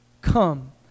come